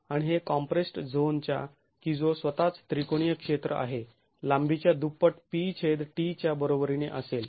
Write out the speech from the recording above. आणि हे कॉम्प्रेस्ड् झोनच्या की जो स्वतःच त्रिकोणीय क्षेत्र आहे लांबीच्या दुप्पट P छेद t च्या बरोबरीने असेल